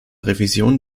revision